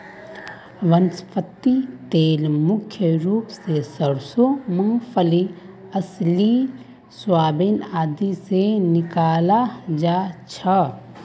वनस्पति तेल मुख्य रूप स सरसों मूंगफली अलसी सोयाबीन आदि से निकालाल जा छे